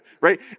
right